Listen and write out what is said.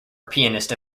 pianist